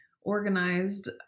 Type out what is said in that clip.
organized